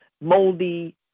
moldy